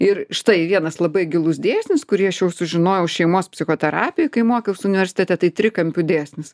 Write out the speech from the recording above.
ir štai vienas labai gilus dėsnis kurį aš jau sužinojau šeimos psichoterapija kai mokiausi universitete tai trikampių dėsnis